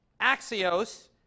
axios